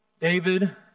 David